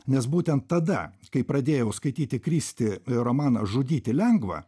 nes būtent tada kai pradėjau skaityti kristi romaną žudyti lengva